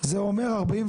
זה אומר 48